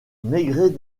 maigret